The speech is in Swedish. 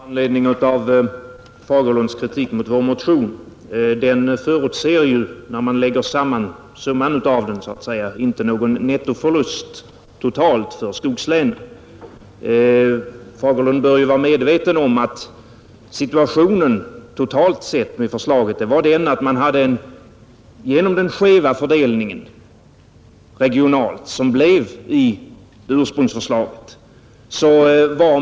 Herr talman! Med anledning av herr Fagerlunds kritik mot vår motion vill jag helt kort säga att motionen, när man lägger samman synpunkterna i den, inte förutser någon nettoförlust totalt för skogslänen. Herr Fagerlund bör vara medveten om att bakgrunden till förslaget totalt sett var den skeva fördelningen regionalt, som blev ett resultat av ursprungsförslaget.